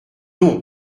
non